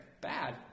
bad